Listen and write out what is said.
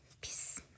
Peace